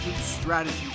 strategy